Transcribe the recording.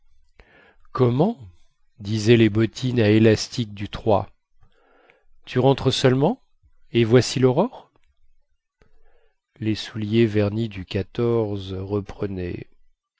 comment disaient les bottines à élastiques du tu rentres seulement et voici laurore les souliers vernis du reprenaient